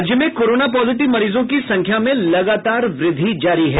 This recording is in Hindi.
राज्य में कोरोना पॉजिटिव मरीजों की संख्या में लगातार वृद्धि जारी है